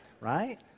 right